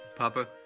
papa.